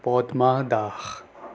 Padma Das